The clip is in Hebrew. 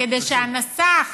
כדי שהנסח